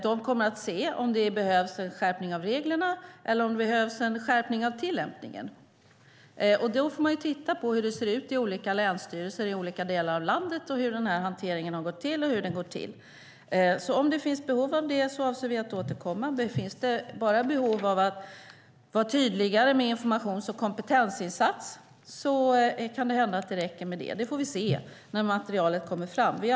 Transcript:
De kommer att se om det behövs en skärpning av reglerna eller om det behövs en skärpning av tillämpningen. Då får man titta på hur det ser ut i olika länsstyrelser i olika delar av landet, hur den här hanteringen har gått till och hur den går till. Om det finns behov av det avser vi att återkomma. Finns det bara behov av att vara tydligare med informations och kompetensinsatser kan det hända att det räcker med det. Det får vi se när materialet kommer fram.